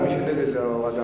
ומי שנגד זה להורדה,